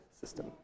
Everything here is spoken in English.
system